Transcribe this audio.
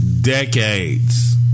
decades